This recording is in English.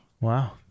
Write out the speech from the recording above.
Wow